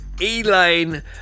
Elaine